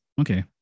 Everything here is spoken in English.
Okay